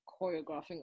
choreographing